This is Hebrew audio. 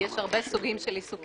כי יש הרבה סוגים של עיסוקים.